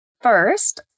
first